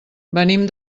venim